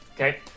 Okay